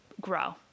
grow